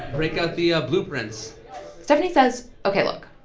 break out the ah blueprints stephani says, ok, look.